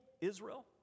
Israel